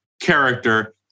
character